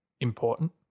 important